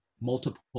multiple